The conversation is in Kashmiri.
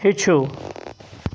ہیٚچھِو